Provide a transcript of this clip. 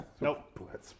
Nope